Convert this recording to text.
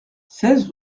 seize